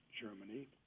Germany